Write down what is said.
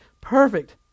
perfect